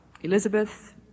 Elizabeth